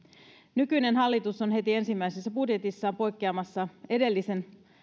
nykyinen hallitus on heti ensimmäisessä budjetissa poikkeamassa edellisen